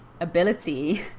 ability